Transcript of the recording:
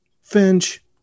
Finch